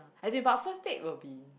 as in but first date will be